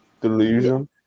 delusion